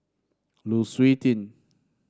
Lu Suitin